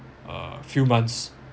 uh few months